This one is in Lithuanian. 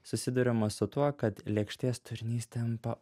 susiduriama su tuo kad lėkštės turinys tampa